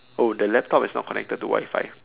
oh the laptop is not connected to Wi-Fi